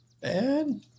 bad